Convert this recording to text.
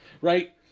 Right